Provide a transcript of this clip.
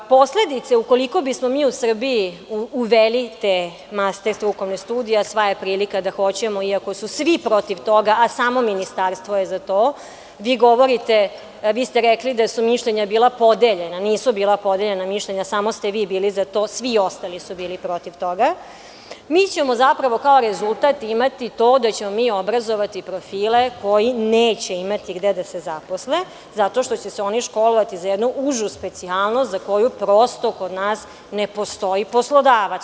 Ukoliko bi smo mi u Srbiji uveli te master sturkovne studije, a sva je prilika da hoćemo, iako su svi protiv toga, a samo ministarstvo je za to, vi ste rekli da su mišljenja bila podeljena, nisu bila podeljena mišljenja, samo ste vi bili za to, asvi ostali su bili protiv toga, mi ćemo kao rezultat imati to da ćemo mi obrazovati profile koji neće imati gde da se zaposle, zato što će se oni školovati za jednu užu specijalnost za koju prosto kod nas ne postoji poslodavac.